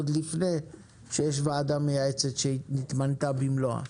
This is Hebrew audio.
עוד לפני שיש ועדה מייעצת שנתמנתה במלואה.